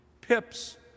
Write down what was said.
Pip's